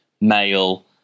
male